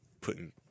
putting